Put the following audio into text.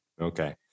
Okay